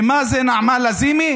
ומה זה, נעמה לזימי?